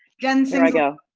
jen's there i go.